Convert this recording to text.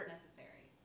necessary